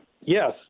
Yes